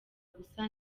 gusa